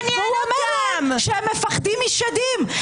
הוא אומר להם שהם מפחדים משדים.